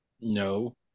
No